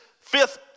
fifth